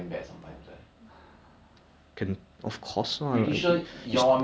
oh ya you know right um in the market right I think more than fifty percent is hyper players